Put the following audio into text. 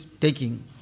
taking